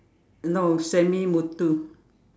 no Sami-Muthu